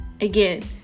again